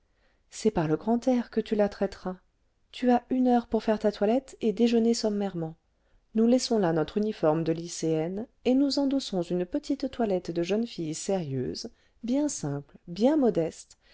c'est par le grand air que tu la traiteras tu as une heure pour faire ta toilette et déjeuner sommairement nous laissons là notre uniforme de lycéennes et nous endossons une petite toilette de jeune fille sérieuse bien simple bien modeste